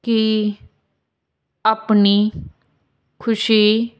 ਕਿ ਆਪਣੀ ਖੁਸ਼ੀ